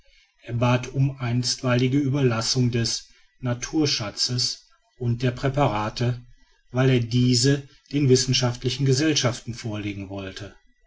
er bat um einstweilige überlassung des naturschatzes und der präparate weil er diese den wissenschaftlichen gesellschaften vorlegen wollte